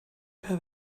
have